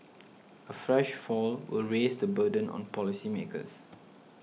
a fresh fall will raise the burden on policymakers